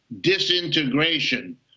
disintegration